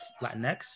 Latinx